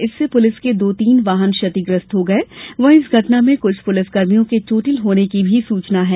इससे पुलिस के दो तीन वाहन क्षतिग्रस्त हो गये वहीं इस घटना में कुछ पुलिस कर्मचारियों के चोटिल होने की भी सूचना है